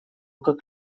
как